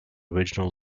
original